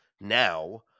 now